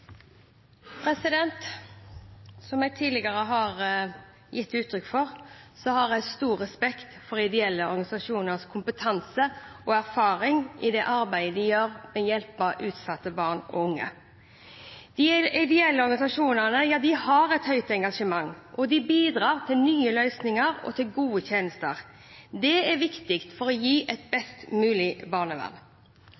Som jeg tidligere har gitt uttrykk for, har jeg stor respekt for ideelle organisasjoners kompetanse og erfaring i det arbeidet de gjør med å hjelpe utsatte barn og unge. De ideelle organisasjonene har et høyt engasjement, og de bidrar til nye løsninger og gode tjenester. Det er viktig for å gi et